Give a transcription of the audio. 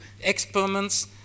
experiments